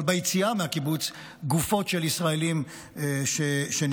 אבל ביציאה מהקיבוץ גופות של ישראלים שנרצחו,